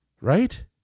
Right